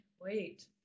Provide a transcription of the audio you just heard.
wait